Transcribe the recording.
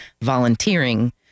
volunteering